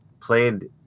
Played